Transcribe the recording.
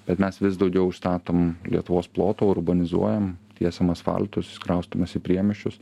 bet mes vis daugiau užstatom lietuvos ploto urbanizuojam tiesiam asfaltus kraustomės į priemiesčius